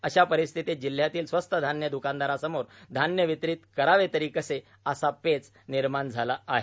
अशा परिस्थितीत जिल्ह्यातील स्वस्त धान्य द्कानदारांसमोर धान्य वितरीत करावे तरी कसे असा पेच निर्माण झाला आहे